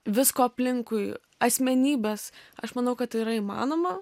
visko aplinkui asmenybes aš manau kad tai yra įmanoma